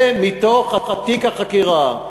אלה מתוך תיק החקירה.